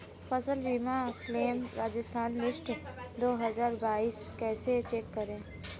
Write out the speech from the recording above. फसल बीमा claim Rajasthan list दो हज़ार बाईस कैसे चेक करें?